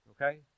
Okay